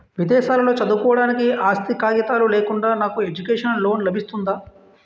విదేశాలలో చదువుకోవడానికి ఆస్తి కాగితాలు లేకుండా నాకు ఎడ్యుకేషన్ లోన్ లబిస్తుందా?